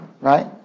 Right